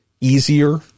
easier